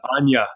Anya